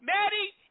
Maddie